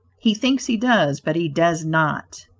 he thinks he does, but he does not.